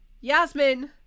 Yasmin